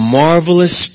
marvelous